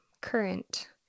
current